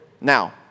Now